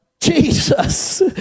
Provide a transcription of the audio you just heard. Jesus